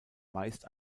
meist